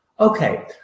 Okay